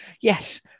Yes